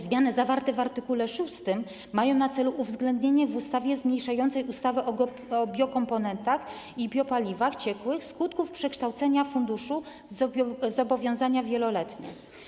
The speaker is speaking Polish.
Zmiany zawarte w art. 6 mają na celu uwzględnienie w ustawie zmieniającej ustawę o biokomponentach i biopaliwach ciekłych skutków przekształcenia funduszu w zobowiązanie wieloletnie.